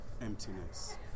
emptiness